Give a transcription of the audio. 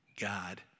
God